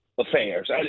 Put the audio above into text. affairs